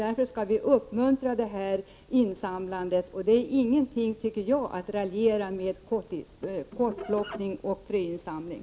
Därför skall vi uppmuntra insamlandet och inte raljera, tycker jag, över kottplockning och fröinsamling.